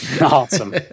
Awesome